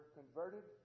converted